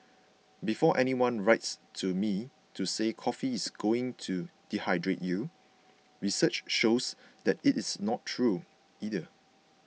before anyone writes to me to say coffee is going to dehydrate you research shows that is not true either